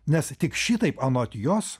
nes tik šitaip anot jos